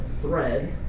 thread